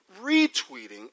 retweeting